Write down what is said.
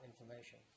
information